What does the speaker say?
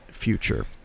future